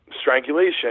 strangulation